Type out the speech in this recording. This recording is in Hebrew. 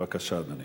בבקשה, אדוני.